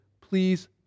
please